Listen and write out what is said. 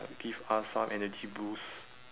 like give us some energy boost